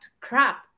crap